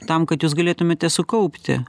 tam kad jūs galėtumėte sukaupti